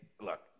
look